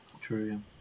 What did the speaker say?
True